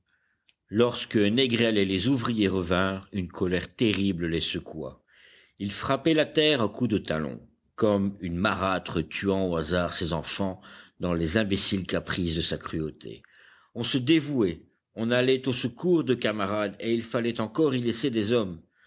lorsque négrel et les ouvriers revinrent une colère terrible les secoua ils frappaient la terre à coups de talon comme une marâtre tuant au hasard ses enfants dans les imbéciles caprices de sa cruauté on se dévouait on allait au secours de camarades et il fallait encore y laisser des hommes